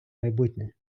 майбутнє